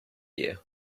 you